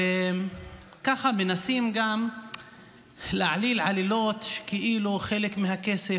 וככה מנסים גם להעליל עלילות שכאילו חלק מהכסף